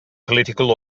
political